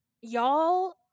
y'all